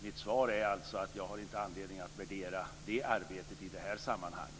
Mitt svar är att jag inte har anledning att värdera det arbetet i det här sammanhanget.